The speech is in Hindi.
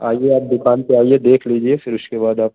आइए आप दुकान पे आइए देख लीजिए फिर उसके बाद आप